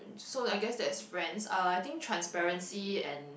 so I guess that's friends uh I think transparency and